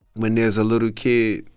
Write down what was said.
when there's a little kid,